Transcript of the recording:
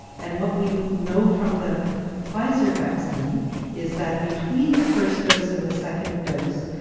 and what we know from the pfizer vaccine is that between the first dose and the second dose,